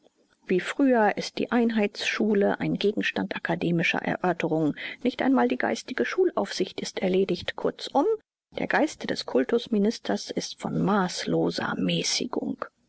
wie früher ist die einheitsschule ein gegenstand akademischer erörterungen nicht einmal die geistige schulaufsicht ist erledigt kurzum der geist des kultusministers ist von maßloser mäßigung